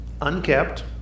unkept